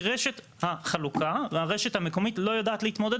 כי רשת החלוקה והרשת המקומית לא יודעות להתמודד